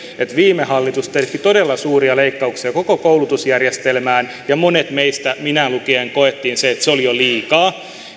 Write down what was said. että viime hallitus teetti todella suuria leikkauksia koko koulutusjärjestelmään ja monet meistä minä mukaan lukien kokivat että se oli jo liikaa